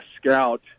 scout